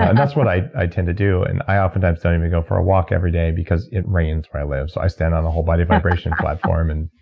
and that's what i i tend to do. and i oftentimes don't even go for a walk every day, because it rains where i live, so i stand on a whole body vibration platform. and